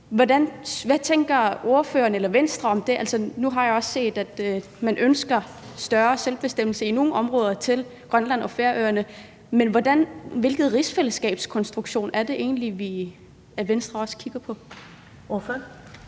Hvad tænker ordføreren og Venstre om det? Altså, nu har jeg også set, at man ønsker større selvbestemmelse på nogle områder til Grønland og Færøerne, men hvilken rigsfællesskabskonstruktion er det egentlig, at Venstre også kigger på? Kl.